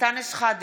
אנטאנס שחאדה,